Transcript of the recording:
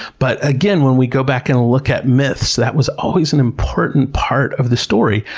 but again, when we go back and look at myths, that was always an important part of the story,